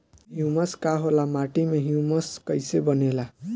Humus का होला माटी मे ह्यूमस कइसे बनेला?